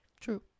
true